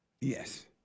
Yes